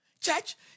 Church